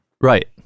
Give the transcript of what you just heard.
Right